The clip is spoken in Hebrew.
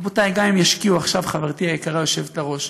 רבותיי, חברתי היקרה היושבת-ראש,